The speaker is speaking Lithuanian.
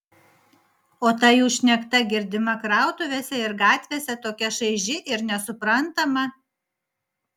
o ta jų šnekta girdima krautuvėse ir gatvėse tokia šaiži ir nesuprantama